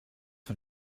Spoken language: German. von